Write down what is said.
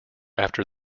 after